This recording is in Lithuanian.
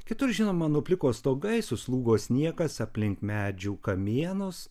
kitur žinoma nupliko stogai suslūgo sniegas aplink medžių kamienus